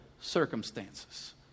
circumstances